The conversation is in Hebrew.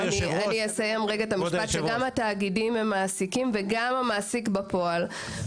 גם התאגידים הם מעסיקים, וגם המעסיק בפועל.